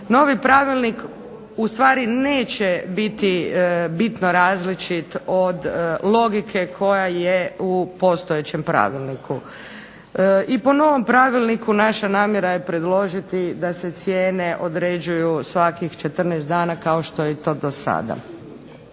Novi Pravilnik neće biti bitno različit od logike koja je u postojećem pravilniku. I po novom Pravilniku naša namjera je odrediti da se cijene određuju svakih 14 dana kao što je to do sada.